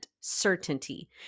certainty